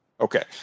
Okay